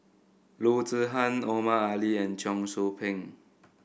Loo Zihan Omar Ali and Cheong Soo Pieng